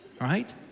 right